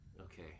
Okay